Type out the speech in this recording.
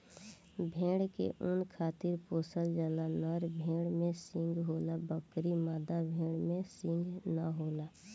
भेड़ के ऊँन खातिर पोसल जाला, नर भेड़ में सींग होला बकीर मादा भेड़ में सींग ना होला